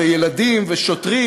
ילדים ושוטרים,